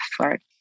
effort